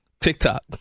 TikTok